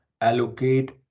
allocate